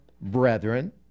brethren